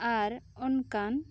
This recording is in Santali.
ᱟᱨ ᱚᱱᱠᱟᱱ